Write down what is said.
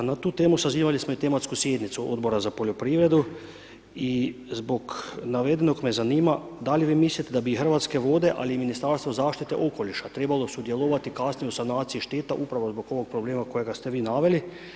A na tu temu sazivali smo i tematsku sjednicu Odbora za poljoprivredu i zbog navedenog me zanima da li vi mislite da bi Hrvatske vode ali i Ministarstvo zaštite okoliša trebalo sudjelovati kasnije u sanaciji šteta upravo zbog ovog problema kojega ste vi naveli.